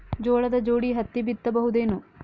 ಜೋಳದ ಜೋಡಿ ಹತ್ತಿ ಬಿತ್ತ ಬಹುದೇನು?